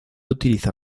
utiliza